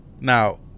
Now